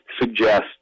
suggest